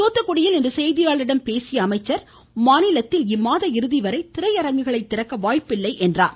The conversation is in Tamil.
தூத்துக்குடியில் இன்று செய்தியாளர்களிடம் பேசிய அவர் மாநிலத்தில் இம்மாத இறுதிவரை திரையரங்குகளை திறக்க வாய்ப்பில்லை என குறிப்பிட்டார்